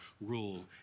rule